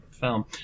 film